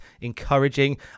encouraging